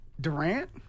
Durant